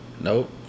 Nope